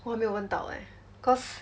我没有问到 leh cause